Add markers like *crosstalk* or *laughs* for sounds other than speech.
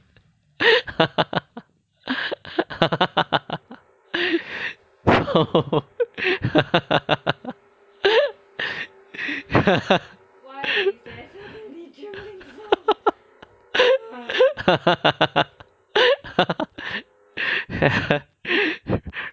*laughs*